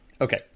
Okay